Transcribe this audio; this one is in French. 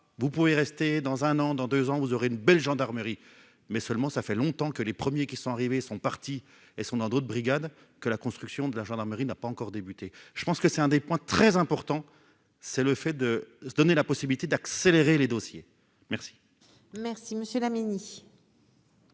vous pouvez rester dans un an, dans deux ans vous aurez une belle gendarmerie mais seulement ça fait longtemps que les premiers qui sont arrivés sont partis et sont dans d'autres brigades que la construction de la gendarmerie n'a pas encore débuté, je pense que c'est un des points très importants, c'est le fait de se donner la possibilité d'accélérer les dossiers merci. Merci monsieur la Mini.